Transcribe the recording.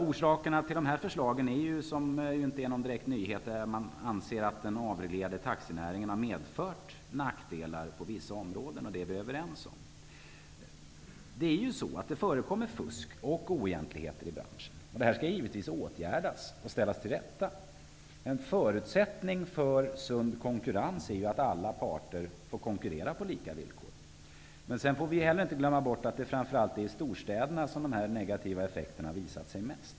Orsaken till dessa förslag är -- det är inte någon nyhet -- att man anser att den avreglerade taxinäringen har medfört nackdelar på vissa områden. Det är vi överens om. Det förekommer fusk och oegentligheter i branschen. Det skall givetvis åtgärdas och ställas till rätta. En förutsättning för sund konkurrens är att alla parter får konkurrera på lika villkor. Vi får dock inte glömma bort att det framför allt är i storstäderna som de negativa effekterna har visat sig mest.